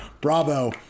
Bravo